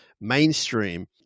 mainstream